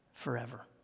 forever